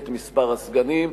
את מספר הסגנים.